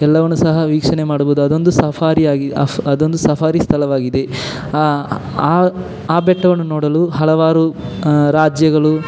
ಎಲ್ಲವನ್ನೂ ಸಹ ವೀಕ್ಷಣೆ ಮಾಡಬೋದು ಅದೊಂದು ಸಫಾರಿ ಆಗಿ ಅಫ್ ಅದೊಂದು ಸಫಾರಿ ಸ್ಥಳವಾಗಿದೆ ಆ ಆ ಆ ಬೆಟ್ಟವನ್ನು ನೋಡಲು ಹಲವಾರು ರಾಜ್ಯಗಳು